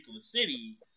city